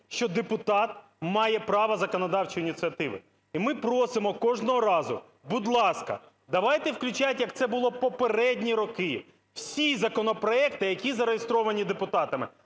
що депутат має право законодавчої ініціативи. І ми просимо кожного разу, будь ласка, давайте включать, як це було в попередні роки, всі законопроекти, які зареєстровані депутатами,